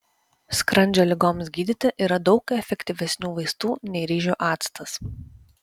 skrandžio ligoms gydyti yra daug efektyvesnių vaistų nei ryžių actas